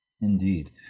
indeed